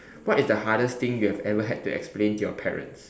what is the hardest thing you have ever had to explain to your parents